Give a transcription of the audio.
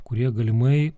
kurie galimai